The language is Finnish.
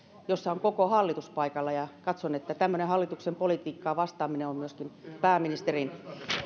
kun on koko hallitus paikalla katson että tämmöinen hallituksen politiikkaan vastaaminen on myöskin pääministerin